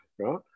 right